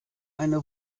eine